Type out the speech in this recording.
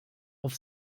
auf